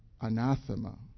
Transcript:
anathema